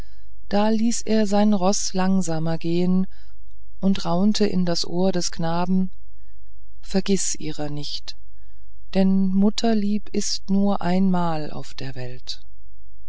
da ließ er sein roß langsamer gehen und raunte in das ohr des knaben vergiß ihrer nicht denn mutterlieb ist nur einmal auf der welt